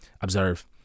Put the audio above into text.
observe